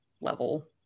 level